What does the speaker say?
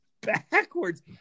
backwards